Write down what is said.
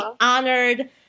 honored